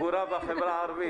תחבורה בחברה הערבית.